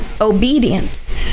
obedience